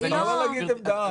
היא יכולה להגיד עמדה.